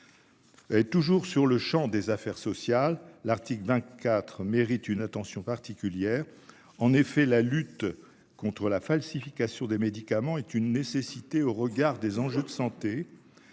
Et toujours sur le Champ des Affaires sociales. L'article 24, méritent une attention particulière. En effet, la lutte contre la falsification des médicaments est une nécessité au regard des enjeux de santé.